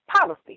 policy